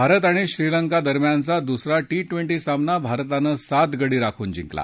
भारत आणि श्रीलंका दरम्यानचा दुसरा टी ट्वेंटी सामना भारतानं सात गडी राखून जिंकला